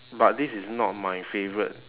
but this is not my favourite